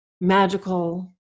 magical